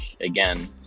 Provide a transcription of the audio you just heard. again